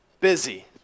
busy